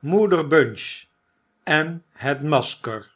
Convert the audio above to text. moeder bunch en het masker